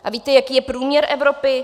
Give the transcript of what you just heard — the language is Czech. A víte, jaký je průměr Evropy?